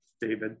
David